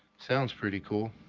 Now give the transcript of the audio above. sounds pretty cool.